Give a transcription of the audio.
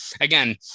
again